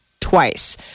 twice